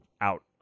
out